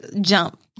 jump